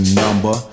number